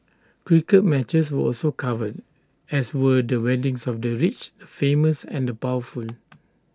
cricket matches were also covered as were the weddings of the rich the famous and the powerful